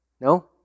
No